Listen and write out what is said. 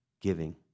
giving